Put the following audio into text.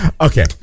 Okay